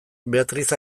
beatriz